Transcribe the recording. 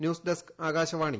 news desk Akashvani